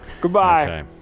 Goodbye